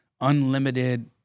unlimited